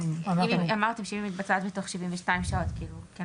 אמרתי, שאם היא מתבצעת תוך 72 שעות כאילו.